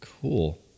cool